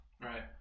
Right